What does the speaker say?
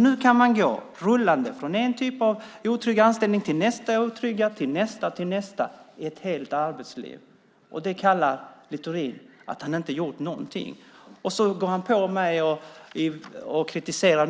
Nu kan man gå från en otrygg anställning till nästa otrygga anställning och till nästa och nästa i ett helt arbetsliv, och det kallar Littorin för att han inte har gjort någonting. Sedan går han på mig och kritiserar